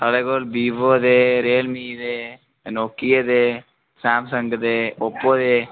साढ़े कोल वीवो दे रियलमी दे नोकिये दे सैमसंग दे ओप्पो दे